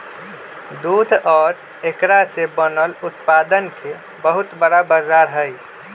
दूध और एकरा से बनल उत्पादन के बहुत बड़ा बाजार हई